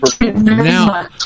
now